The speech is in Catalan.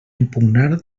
impugnar